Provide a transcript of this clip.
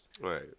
right